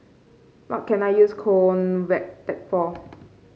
what can I use Convatec for